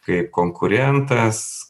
kaip konkurentas